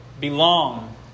belong